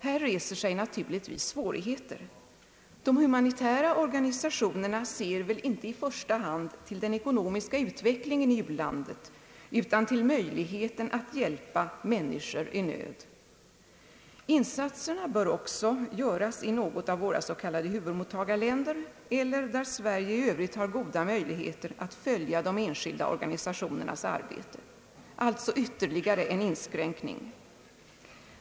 Här reser sig naturligtvis svårigheter. De humanitära organisationerna ser väl inte i första hand till den ekonomiska utvecklingen i u-landet utan till möj ligheten att hjälpa människor i nöd. Insatserna bör också göras i något av våra s.k. huvudmottagarländer eller där Sverige i övrigt har goda möjligheter att följa de enskilda organisationernas arbete. Alltså ytterligare en inskränkning.